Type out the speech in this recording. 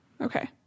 okay